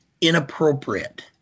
inappropriate